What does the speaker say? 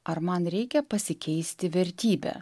ar man reikia pasikeisti vertybę